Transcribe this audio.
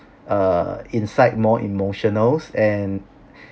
err inside more emotional and